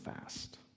fast